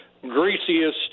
greasiest